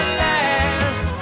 last